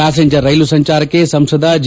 passenger ರೈಲು ಸಂಚಾರಕ್ಕೆ ಸಂಸದ ಜಿ